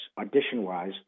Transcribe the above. audition-wise